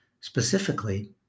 specifically